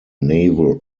naval